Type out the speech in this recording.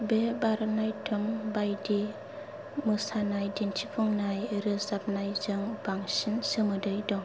बे भारतनाट्यम बायदि मोसानाय दिन्थिफुंनाय रोजाबनायजों बांसिन सोमोन्दो दं